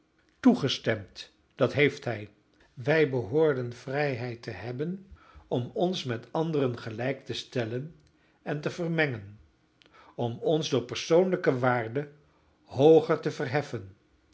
toegestemd dat heeft hij wij behoorden vrijheid te hebben om ons met anderen gelijk te stellen en te vermengen om ons door persoonlijke waarde hooger te verheffen